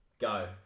go